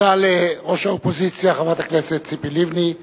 תודה לראש האופוזיציה חברת הכנסת ציפי לבני.